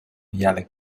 yelling